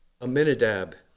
Aminadab